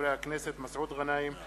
חברי הכנסת מסעוד גנאים,